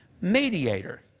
Mediator